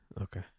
okay